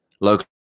local